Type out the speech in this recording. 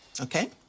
Okay